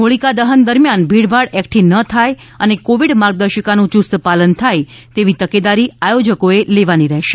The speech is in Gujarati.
હોલિકા દહન દરમિયાન ભીડભાડ એકઠી ન થાય અને કોવિડ માર્ગદર્શિકાનું ચુસ્ત પાલન થાય તેવી તકેદારી આયોજકઓએ લેવાની રહેશે